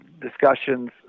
discussions